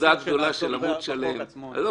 ------ החוק עצמו --- לא,